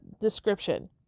description